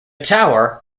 tower